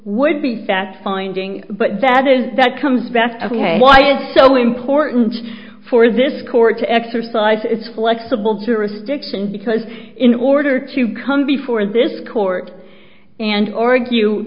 would be fact finding but that is that comes best why is it so important for this court to exercise its flexible jurisdiction because in order to come before this court and